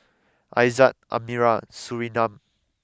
Aizat Amirah Surinam